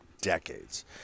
decades